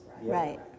Right